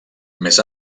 més